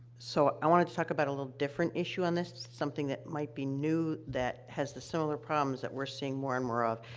so i wanted to talk about a little different issue on this, something that might be new that has the similar problems that we're seeing more and more of.